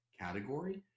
category